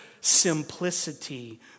simplicity